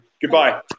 Goodbye